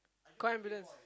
call ambulance